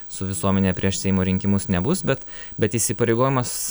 su visuomene prieš seimo rinkimus nebus bet bet įsipareigojimas